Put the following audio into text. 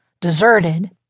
deserted